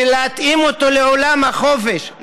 להתאים אותו לעולם החופש,